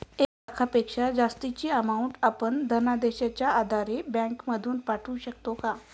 एक लाखापेक्षा जास्तची अमाउंट आपण धनादेशच्या आधारे बँक मधून पाठवू शकतो का?